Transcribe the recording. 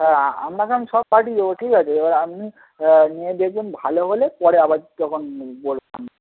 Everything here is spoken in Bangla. হ্যাঁ আমপনাকে আমি সব পাঠিয়ে দেব ঠিক আছে এবার আপনি নিয়ে দেখবেন ভালো হলে পরে আবার তখন বললাম